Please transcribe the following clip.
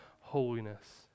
holiness